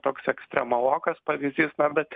toks ekstremalokas pavyzdys bet